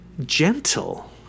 gentle